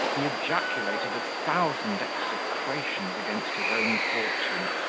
he ejaculated a thousand execrations against his own fortune,